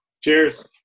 Cheers